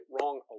wrong